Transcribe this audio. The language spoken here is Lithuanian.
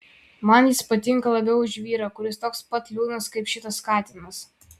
man jis patinka labiau už vyrą kuris toks pat liūdnas kaip šitas katinas